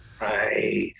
Right